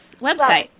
website